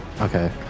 Okay